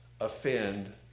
offend